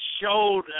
showed